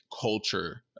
culture